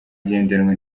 igendanwa